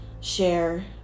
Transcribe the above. share